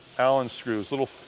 allen screws, little